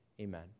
Amen